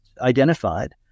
identified